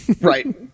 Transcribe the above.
Right